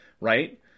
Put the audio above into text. Right